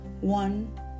one